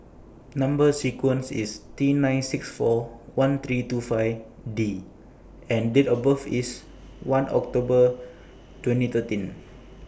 Number sequence IS T nine six four one three two five D and Date of birth IS one October twenty thirteen